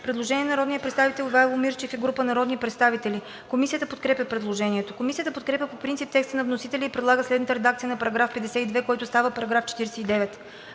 предложение на народния представител Ивайло Мирчев и група народни представители. Комисията подкрепя предложението. Комисията подкрепя по принцип текста на вносителя и предлага следната редакция на § 52, който става § 49: „§ 49.